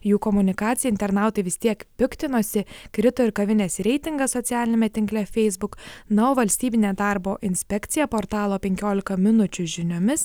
jų komunikacija internautai vis tiek piktinosi krito ir kavinės reitingas socialiniame tinkle feisbuk nuo valstybinė darbo inspekcija portalo penkiolika minučių žiniomis